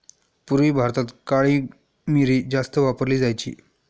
पूर्वी भारतात काळी मिरी जास्त वापरली जायची